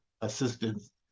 assistance